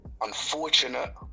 unfortunate